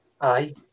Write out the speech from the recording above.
Aye